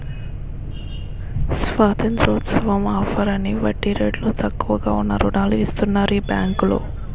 స్వతంత్రోత్సవం offer అని వడ్డీ రేట్లు తక్కువగా ఉన్న రుణాలు ఇస్తన్నారు ఈ బేంకులో